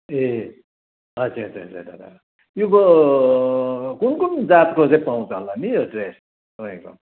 ए अच्छा अच्छा अच्छा यो ब कुन कुन जातको चाहिँ पाउँछ होला नि यो चाहिँ तपाईँको